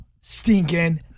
stinking